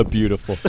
Beautiful